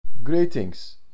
Greetings